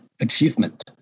achievement